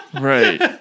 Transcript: Right